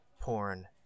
porn